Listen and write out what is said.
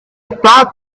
thought